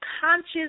conscious